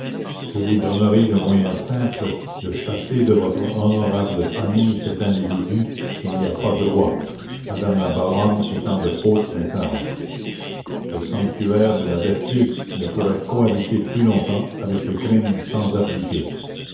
je vous donnerai le moyen simple de chaser de votre honorable famille cet individu qui n'y a pas droit madame la baronne étant de haute naissance le sanctuaire de la vertu ne pourrait coabiter plus longtemps avec le crime sans abdiquer